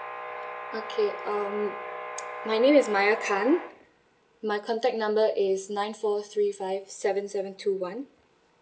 okay um my name is maya khan my contact number is nine four three five seven seven two one